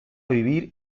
vivir